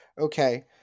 Okay